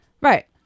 Right